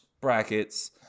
brackets